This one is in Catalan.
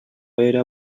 era